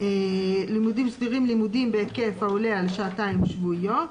"לימודים סדירים" לימודים בהיקף העולה על שעתיים שבועיות,